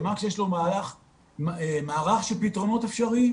זה גם ברמה הבית ספרית,